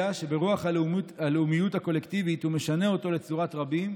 אלא שברוח הלאומיות הקולקטיבית הוא משנה אותו לצורת רבים: